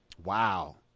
Wow